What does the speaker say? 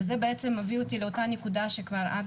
וזה מביא אותי לאותה נקודה שאת,